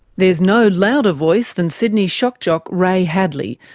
there's no louder voice than sydney shock jock ray hadley,